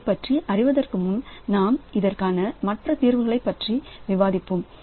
இதைப்பற்றி அறிவதற்கு முன் நாம் இதற்கான மற்ற தீர்வுகளை பற்றி விவாதிப்போம்